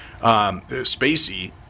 Spacey